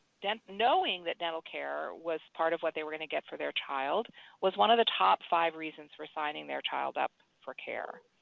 knowing that dental care was part of what they were going to get for their child was one of the top five reasons for signing their child up for care.